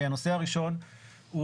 הנושא הראשון,